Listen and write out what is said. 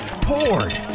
poured